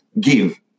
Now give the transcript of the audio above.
give